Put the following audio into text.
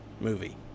movie